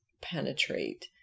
penetrate